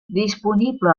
disponible